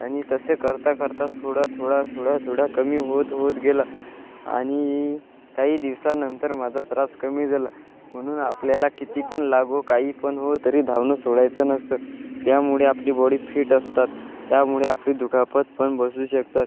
आणि तसे करता करता थोडा थोडा थोडा थोडा कमी होत होत गेला आणि काही दिवसानंतर माझा त्रास कमी झाला म्हणून आपल्याला किती पण लागो काही पण हो तरी धावणं सोडायचं नसतं त्यामुळे आपली बॉडी फिट असतात त्यामुळे आपली दुखापत पण बसू शकतात